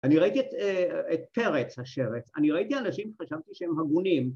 ‫אני ראיתי את פרץ השרץ, ‫אני ראיתי אנשים, חשבתי שהם הגונים.